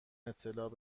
اطلاع